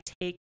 take